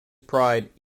pride